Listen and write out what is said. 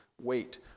wait